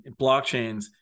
blockchains